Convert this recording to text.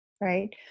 right